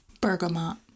Bergamot